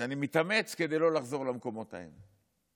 שאני מתאמץ כדי לא לחזור למקומות האלה.